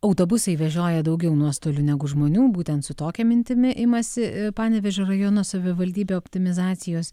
autobusai vežioja daugiau nuostolių negu žmonių būtent su tokia mintimi imasi panevėžio rajono savivaldybė optimizacijos